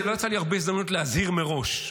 לא היו לי הרבה הזדמנויות להזהיר מראש.